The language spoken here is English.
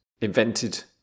Invented